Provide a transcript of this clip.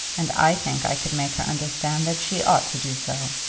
and i think i could make her understand that she ought to do so.